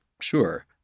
Sure